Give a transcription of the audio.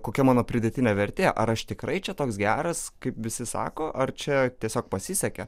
kokia mano pridėtinė vertė ar aš tikrai čia toks geras kaip visi sako ar čia tiesiog pasisekė